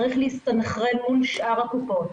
צריך להסתנכרן מול שאר הקופות.